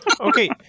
Okay